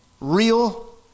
real